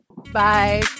Bye